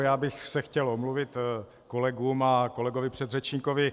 Já bych se chtěl omluvit kolegům a kolegovi předřečníkovi.